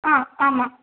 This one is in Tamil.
ஆ ஆமாம்